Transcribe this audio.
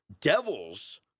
Devils